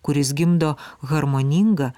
kuris gimdo harmoningą